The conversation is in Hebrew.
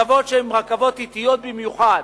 שהן רכבות אטיות במיוחד,